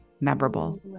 memorable